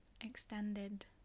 extended